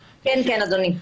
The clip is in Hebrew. כן, כן, אדוני.